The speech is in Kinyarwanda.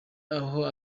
aho